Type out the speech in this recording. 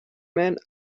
man